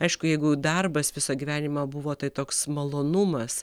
aišku jeigu darbas visą gyvenimą buvo tai toks malonumas